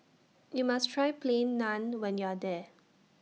YOU must Try Plain Naan when YOU Are here